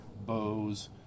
bows